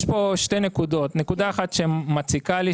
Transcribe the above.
יש פה שתי נקודות: נקודה אחת שמציקה לי,